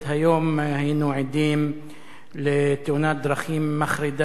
היום היינו עדים לתאונת דרכים מחרידה,